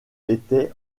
était